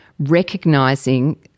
recognizing